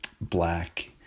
black